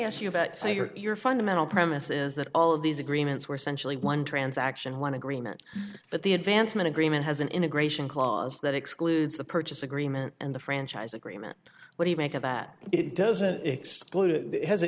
ask you about say your fundamental premise is that all of these agreements were centrally one transaction one agreement that the advancement agreement has an integration clause that excludes the purchase agreement and the franchise agreement what do you make of that it doesn't exclude it has an